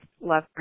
Love